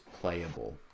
playable